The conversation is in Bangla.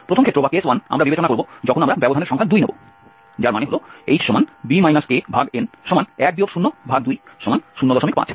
প্রথম ক্ষেত্র আমরা বিবেচনা করব যখন আমরা ব্যবধানের সংখ্যা 2 নেব যার মানে হল hb an1 0205